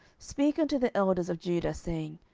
speak unto the elders of judah, saying,